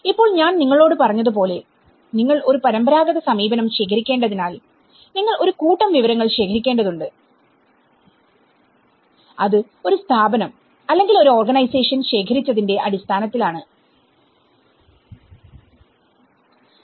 ഇപ്പോൾ ഞാൻ നിങ്ങളോട് പറഞ്ഞതുപോലെ നിങ്ങൾ ഒരു പരമ്പരാഗത സമീപനം ശേഖരിക്കേണ്ടതിനാൽ നിങ്ങൾ ഒരു കൂട്ടം വിവരങ്ങൾ ശേഖരിക്കേണ്ടതുണ്ട്അത് ഒരു സ്ഥാപനം അല്ലെങ്കിൽ ഒരു ഓർഗനൈസേഷൻ ശേഖരിച്ചതിന്റെ അടിസ്ഥാനത്തിൽ ആണ്